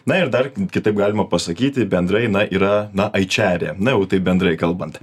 na ir dar kitaip galima pasakyti bendrai na yra na aičerė na jau taip bendrai kalbant